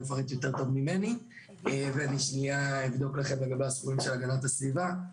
אני אבדוק לכם לגבי הסכומים של הגנת הסביבה.